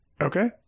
Okay